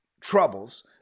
troubles